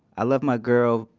i love my girl,